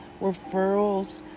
referrals